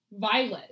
Violet